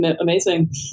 amazing